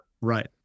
Right